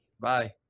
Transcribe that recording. Bye